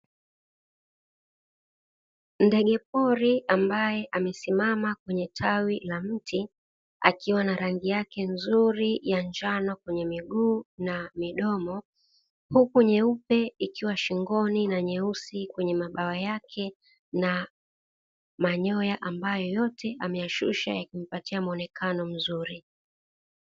Ndege pori ambaye amesimama kwenye tawi la mti, akiwa na rangi yake nzuri ya njano kwenye miguu na midomo huku nyeupe ikiwa shingoni na nyeusi kwenye mabawa yake na manyoya ambayo yote ameyashusha yakimpatia muonekano mzuri.